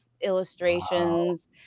illustrations